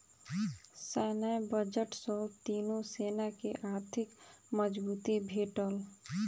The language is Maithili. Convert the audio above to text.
सैन्य बजट सॅ तीनो सेना के आर्थिक मजबूती भेटल